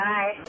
Bye